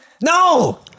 No